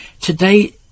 Today